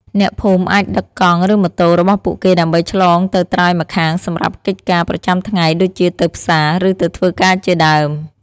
អ្នកភូមិអាចដឹកកង់ឬម៉ូតូរបស់ពួកគេដើម្បីឆ្លងទៅត្រើយម្ខាងសម្រាប់កិច្ចការប្រចាំថ្ងៃដូចជាទៅផ្សារឬទៅធ្វើការជាដើម។